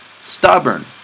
stubborn